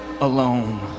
alone